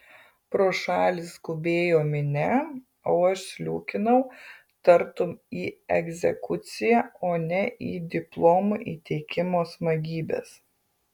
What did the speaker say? pro šalį skubėjo minia o aš sliūkinau tartum į egzekuciją o ne į diplomų įteikimo smagybes